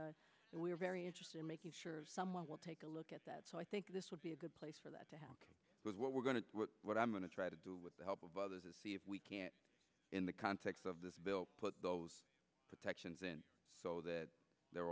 area and we're very interested in making sure someone will take a look at that so i think this would be a good place for that to happen because what we're going to do what i'm going to try to do with the help of others is see if we can't in the context of this bill put those protections in so that they're